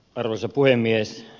arvoisa puhemies